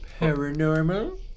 paranormal